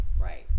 Right